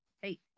Hey